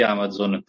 Amazon